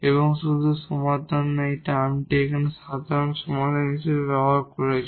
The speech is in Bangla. এবং শুধু সমাধান নয় এখন এই টার্মটি সাধারণ সমাধান ব্যবহার করেছেন